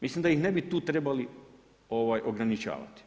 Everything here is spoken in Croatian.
Mislim da ih ne bi tu trebali ograničavati.